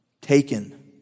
taken